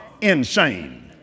insane